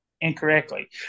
incorrectly